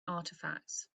artifacts